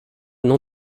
nom